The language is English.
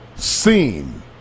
Seen